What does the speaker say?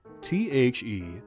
T-H-E